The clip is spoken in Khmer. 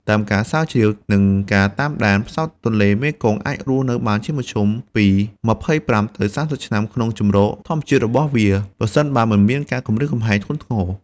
តាមការស្រាវជ្រាវ និងការតាមដាន ផ្សោតទន្លេមេគង្គអាចរស់នៅបានជាមធ្យមពី ២៥ ទៅ ៣០ ឆ្នាំ នៅក្នុងជម្រកធម្មជាតិរបស់វា ប្រសិនបើមិនមានការគំរាមកំហែងធ្ងន់ធ្ងរ។